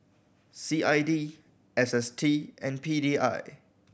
C I D S S T and P D I